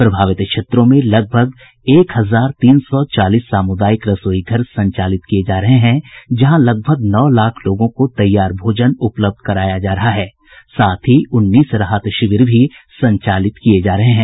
प्रभावित क्षेत्रों में लगभग एक हजार तीन सौ चालीस सामुदायिक रसोई घर संचालित किये जा रहे हैं जहां लगभग नौ लाख लोगों को तैयार भोजन उपलब्ध कराया जा रहा साथ ही उन्नीस राहत शिविर भी संचालित किये जा रहे हैं